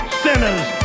sinners